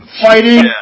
fighting